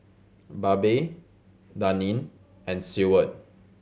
Babe Daneen and Seward